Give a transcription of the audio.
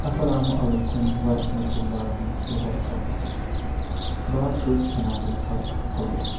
اَسَلامُ عَلَیکُم وَرَحمَتُہ اللہِ وَبَرَکاتہ بہٕ حٕظ چھُس اِنامُ الحَق کۄلگامہِ پؠٹھ